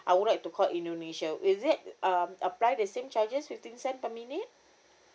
I would like to call indonesia is it um apply the same charges fifteen cents per minute